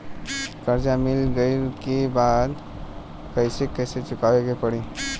कर्जा मिल गईला के बाद कैसे कैसे चुकावे के पड़ी?